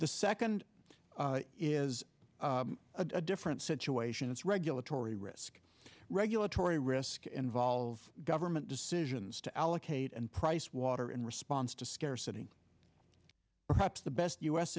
the second is a different situation it's regulatory risk regulatory risk involved government decisions to allocate and price water in response to scarcity perhaps the best u